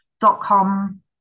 dot-com